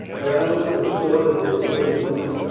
roused at thought of his own plight.